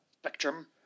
Spectrum